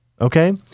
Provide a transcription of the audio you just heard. Okay